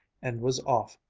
and was off,